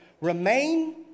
remain